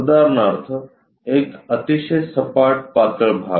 उदाहरणार्थ एक अतिशय सपाट पातळ भाग